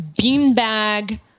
beanbag